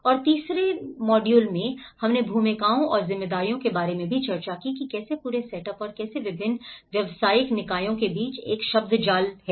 और तीसरे में मॉड्यूल हमने भूमिकाओं और जिम्मेदारियों के बारे में भी चर्चा की जैसे पूरे सेटअप और कैसे विभिन्न व्यावसायिक निकायों के बीच एक शब्दजाल है